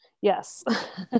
Yes